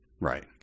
Right